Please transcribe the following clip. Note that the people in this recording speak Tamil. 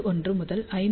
91 முதல் 5